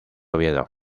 oviedo